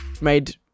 made